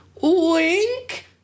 wink